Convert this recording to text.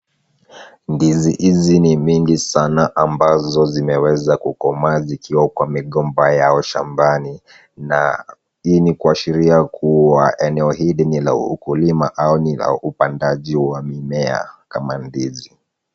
Ndizi hizi ni mingi sana ambazo zimeweza kukomaa zikiwa kwa migomba yao shambani, na hii nikuashiria kuwa eneo hili ni la ukulima au ni la upandaji wa mimea kama ndizi.